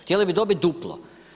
Htjeli bi dobiti duplo.